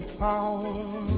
power